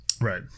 Right